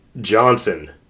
Johnson